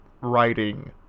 writing